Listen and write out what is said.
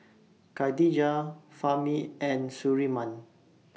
Khadija Fahmi and Surinam